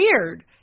weird